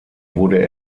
wurde